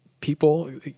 people